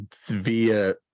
via